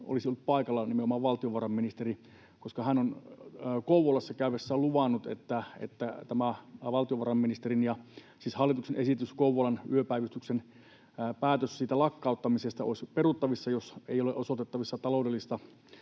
olisi ollut paikalla nimenomaan valtiovarainministeri, koska hän on Kouvolassa käydessään luvannut, että tämä valtiovarainministeriön ja siis hallituksen esitys ja päätös Kouvolan yöpäivystyksen lakkauttamisesta olisi peruttavissa, jos ei ole osoitettavissa taloudellista